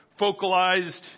focalized